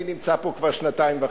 אני נמצא פה כבר שנתיים וחצי.